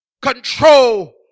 control